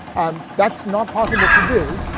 um that's not possible to do.